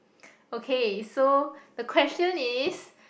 okay so the question is